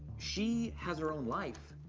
she has her own life,